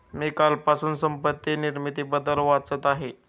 मी कालपासून संपत्ती निर्मितीबद्दल वाचत आहे